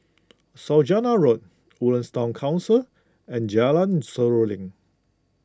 Saujana Road Woodlands Town Concert and Jalan Seruling